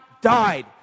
died